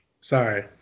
Sorry